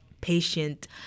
patient